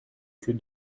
que